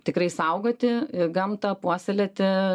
tikrai saugoti gamtą puoselėti